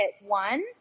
one